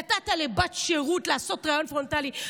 נתת לבת שירות לעשות ריאיון פרונטלי.